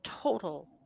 total